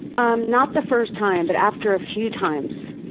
um not the first time. but after a few times.